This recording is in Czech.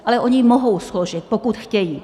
Ale oni ji mohou složit, pokud chtějí.